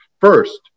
First